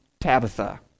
Tabitha